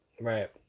Right